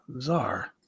Czar